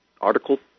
Article